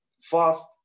fast